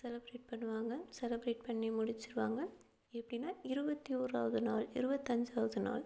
celebrate பண்ணுவாங்க celebrate பண்ணி முடிச்சிடுவாங்க எப்படின்னா இருபத்தி ஓராவது நாள் இருபத்தஞ்சாவது நாள்